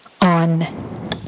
on